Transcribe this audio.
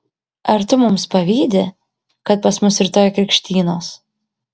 ar tu mums pavydi kad pas mus rytoj krikštynos